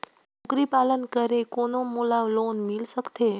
कूकरी पालन करे कौन मोला लोन मिल सकथे?